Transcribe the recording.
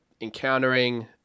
encountering